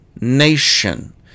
nation